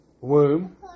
womb